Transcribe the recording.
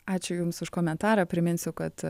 ačiū jums už komentarą priminsiu kad